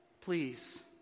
Please